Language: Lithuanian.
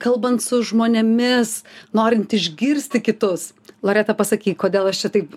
kalbant su žmonėmis norint išgirsti kitus loreta pasakyk kodėl aš čia taip